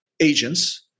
Agents